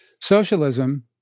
socialism